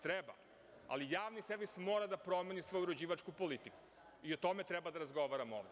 Treba, ali javni servis mora da promeni svoju uređivačku politiku i o tome treba da razgovaramo ovde.